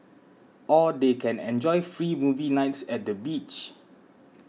or they can enjoy free movie nights at the beach